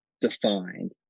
defined